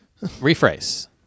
Rephrase